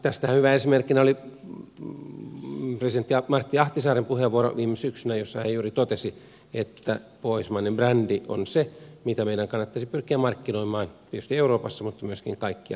tästähän hyvänä esimerkkinä oli presidentti martti ahtisaaren puheenvuoro viime syksynä jossa hän juuri totesi että pohjoismainen brändi on se mitä meidän kannattaisi pyrkiä markkinoimaan tietysti euroopassa mutta myöskin kaikkialla maailmassa